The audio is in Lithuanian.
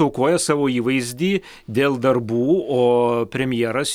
aukoja savo įvaizdį dėl darbų o premjeras